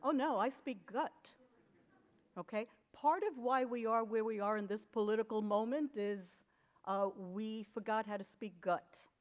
ah no i speak got ok part of why we are where we are in this political moment is ah we forgot how to speak gutt